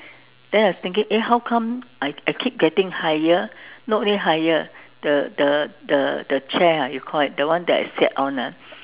then I was thinking eh how come I I keep getting higher not only higher the the the the chair ah you call it the one I sit on ah